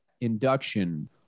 induction